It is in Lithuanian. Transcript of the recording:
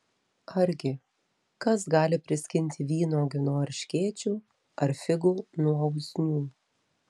argi kas gali priskinti vynuogių nuo erškėčių ar figų nuo usnių